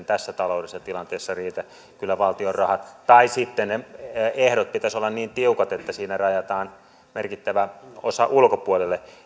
tässä taloudellisessa tilanteessa riitä kyllä valtion rahat tai sitten niiden ehtojen pitäisi olla niin tiukat että siinä rajataan merkittävä osa ulkopuolelle